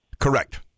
Correct